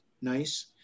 nice